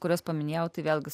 kurias paminėjau tai vėlgi